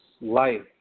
life